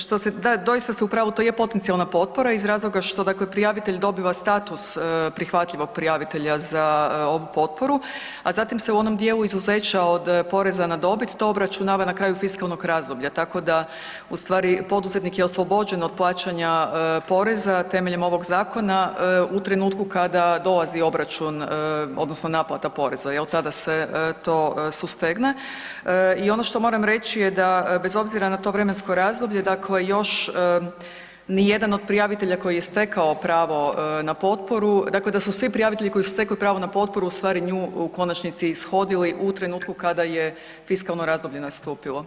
Što se, da, doista ste u pravu, to je potencijalna potpora iz razloga što dakle prijavitelj dobiva status prihvatljivog prijavitelja za ovu potporu, a zatim se u onom dijelu izuzeća od poreza na dobit to obračunava na kraju fiskalnog razdoblja, tako da ustvari poduzetnik je oslobođen od plaćanja poreza temeljem ovog zakona u trenutku kada dolazi obračun, odnosno naplata poreza, je li, tada se to sustegne i ono što moram reći je da bez obzira na to vremensko razdoblje, dakle još nijedan od prijavitelja koji je stekao pravo na potporu, dakle da su svi prijavitelji koji su stekli pravo na potporu ustvari nju u konačnici ishodili u trenutku kada je fiskalno razdoblje nastupilo.